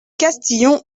castillon